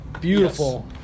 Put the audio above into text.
beautiful